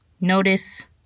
Notice